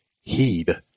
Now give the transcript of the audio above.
Heed